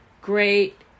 great